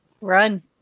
Run